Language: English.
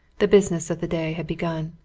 the business of the day had begun.